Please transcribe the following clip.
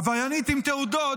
עבריינית עם תעודות,